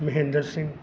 Mahinder Singh